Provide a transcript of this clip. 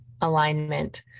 alignment